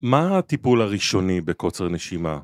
מה הטיפול הראשוני בקוצר נשימה?